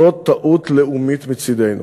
זאת טעות לאומית מצדנו.